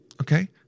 Okay